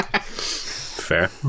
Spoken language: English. Fair